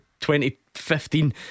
2015